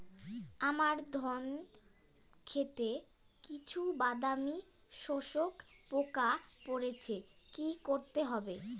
আমার ধন খেতে কিছু বাদামী শোষক পোকা পড়েছে কি করতে হবে?